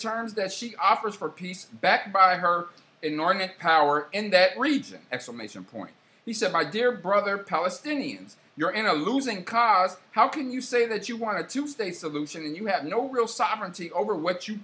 terms that she offers for peace backed by her inordinate power in that region explanation point he said my dear brother palestinians you're in a losing cause how can you say that you want a two state solution and you have no real sovereignty over what you